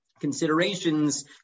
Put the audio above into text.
considerations